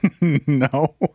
No